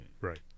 Right